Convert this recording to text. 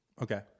Okay